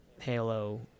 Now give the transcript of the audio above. Halo